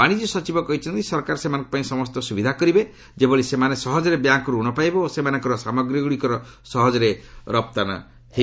ବାଣିଜ୍ୟ ସଚିବ କହିଛନ୍ତି ସରକାର ସେମାନଙ୍କ ପାଇଁ ସମସ୍ତ ସ୍ରବିଧା କରିବେ ଯେଭଳି ସେମାନେ ସହକରେ ବ୍ୟାଙ୍କ୍ରୁ ରଣ ପାଇବେ ଓ ସେମାନଙ୍କର ସାମଗ୍ରୀଗୁଡ଼ିକର ସହଜରେ ରପ୍ତାନୀ ହୋଇପାରିବ